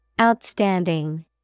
Outstanding